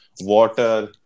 water